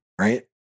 right